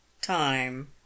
Time